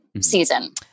season